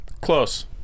Close